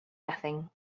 nothing